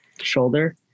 shoulder